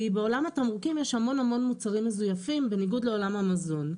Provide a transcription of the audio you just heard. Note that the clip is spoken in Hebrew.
כי בעולם התמרוקים יש המון המון מוצרים מזויפים בניגוד לעולם המזון.